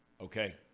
Okay